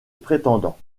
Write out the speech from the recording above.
prétendant